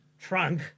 trunk